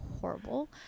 horrible